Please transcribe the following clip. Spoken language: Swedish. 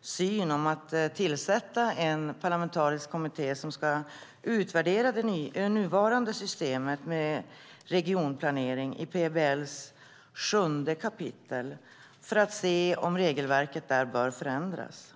syn på att tillsätta en parlamentarisk kommitté som ska utvärdera det nuvarande systemet med regionalplanering i PBL:s sjunde kapitel för att se om regelverket där bör förändras.